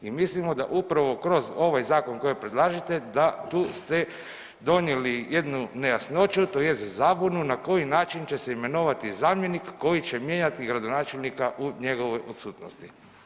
I mislimo da upravo kroz ovaj zakon koji predlažete da ste tu donijeli jednu nejasnoću tj. zabunu na koji način će se imenovati zamjenik koji će mijenjati gradonačelnika u njegovoj odsutnosti.